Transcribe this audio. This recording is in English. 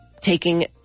taking